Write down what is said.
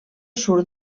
surt